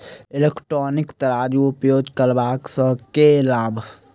Electronic तराजू उपयोग करबा सऽ केँ लाभ?